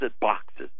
boxes